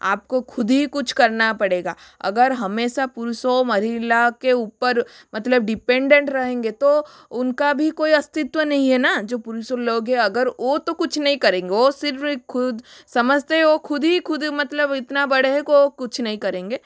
आपको ख़ुद ही कुछ करना पड़ेगा अगर हमेशा पुरुषों महिला के ऊपर मतलब डिपेंडेन्ट रहेंगे तो उनका भी कोई अस्तित्व नही है न जो पुरुषों लोग है अगर वह तो कुछ नहीं करेंगे वह सिर्फ ख़ुद समझते हैं वह ख़ुद ही ख़ुद मतलब इतना बड़ा है को वह कुछ नहीं करेंगे